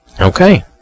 Okay